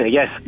Yes